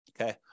Okay